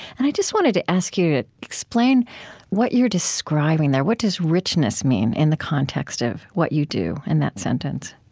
and i just wanted to ask you to explain what you're describing there. what does richness mean in the context of what you do in that sentence?